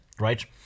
right